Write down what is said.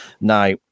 Now